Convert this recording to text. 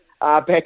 back